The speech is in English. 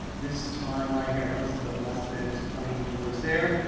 this time right here. notice that less than is pointing towards there,